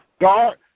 God